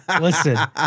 Listen